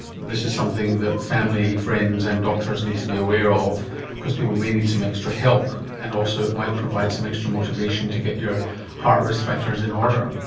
this is something that family, friends and doctors need to be aware of because people may need some extra help, and also it might provide some extra motivation to get your heart risk factors in order.